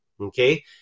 okay